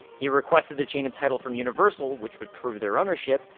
he requested the chain of title from universal, which would prove their ownership,